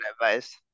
advice